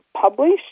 published